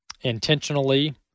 intentionally